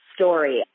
story